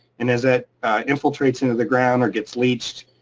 and as that infiltrates into the ground or gets leached,